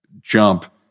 jump